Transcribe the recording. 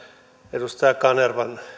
edustaja kanervan